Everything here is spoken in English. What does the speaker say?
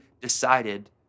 decided